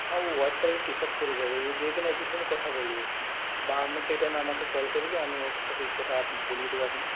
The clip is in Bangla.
হ্যাঁ ও হোয়াইট কালারের টি শার্ট পড়ে যাবে ও গিয়ে কোনো অফিস রুমে কথা বলবে বা সেই টাইমে আমাকে কল করবে আমি ওর সাথে কথা বলিয়ে দেবো আপনার